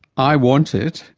i want it,